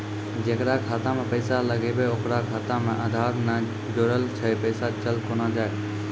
जेकरा खाता मैं पैसा लगेबे ओकर खाता मे आधार ने जोड़लऽ छै पैसा चल कोना जाए?